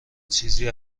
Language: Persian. چیزی